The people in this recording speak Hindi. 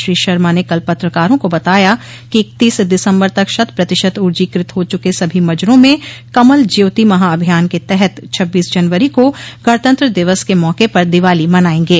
श्री शर्मा ने कल पत्रकारों को बताया कि इकतीस दिसम्बर तक शत प्रतिशत ऊर्जीकृत हो चुके सभी मजरों में कमल ज्योति महाअभियान के तहत छब्बीस जनवरी को गणतंत्र दिवस के मौके पर दीवाली मनायेंगे